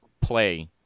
play